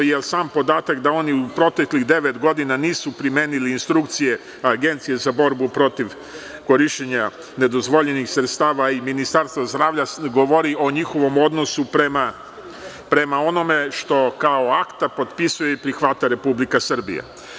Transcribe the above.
Sam podatak da oni u proteklih devet godina nisu primenili instrukcije Agencije za borbu protiv korišćenja nedozvoljenih sredstava i Ministarstva zdravlja govori o njihovom odnosu prema onome što kao akta potpisuje i prihvata Republika Srbija.